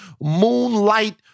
Moonlight